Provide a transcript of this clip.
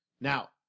Now